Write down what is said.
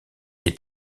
est